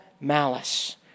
malice